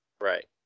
Right